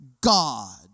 God